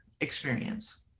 experience